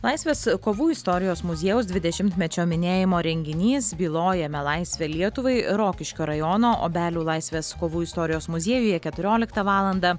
laisvės kovų istorijos muziejaus dvidešimtmečio minėjimo renginys bylojame laisvę lietuvai rokiškio rajono obelių laisvės kovų istorijos muziejuje keturioliktą valandą